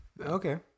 Okay